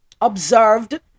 observed